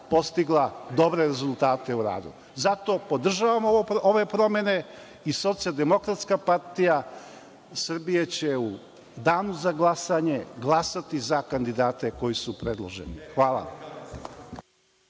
postigla dobre rezultate u radu. Zato podržavam ove promene i SDPS će u Danu za glasanje glasati za kandidate koji su predloženi. Hvala.